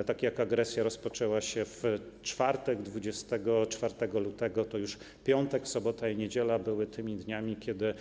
I tak jak agresja rozpoczęła się w czwartek 24 lutego, tak już piątek, sobota i niedziela były tymi dniami, kiedy